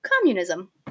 communism